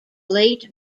late